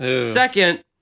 Second